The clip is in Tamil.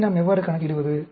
இதை நாம் எவ்வாறு கணக்கிடுவது